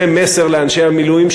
זה מסר לאנשי המילואים,